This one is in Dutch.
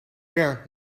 ver